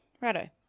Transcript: Righto